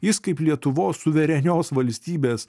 jis kaip lietuvos suverenios valstybės